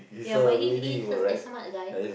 ya but he he's a a smart guy